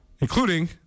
including